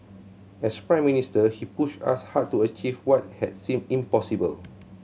as Prime Minister he pushed us hard to achieve what had seemed impossible